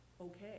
Okay